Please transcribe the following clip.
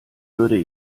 würde